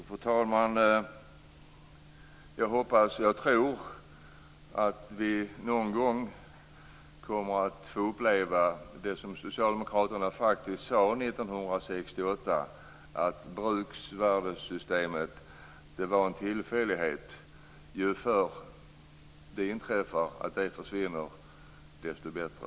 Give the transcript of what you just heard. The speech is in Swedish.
Fru talman! Jag tror att vi någon gång kommer att få uppleva det som socialdemokraterna faktiskt sade 1968, att bruksvärdessystemet var en tillfällighet. Ju förr det försvinner, desto bättre.